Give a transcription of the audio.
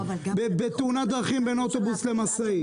בתאונת דרכים בין אוטובוס לבין משאית,